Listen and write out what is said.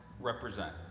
represent